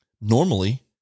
normally